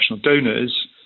donors